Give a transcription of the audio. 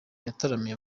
yataramiye